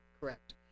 correct